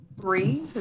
three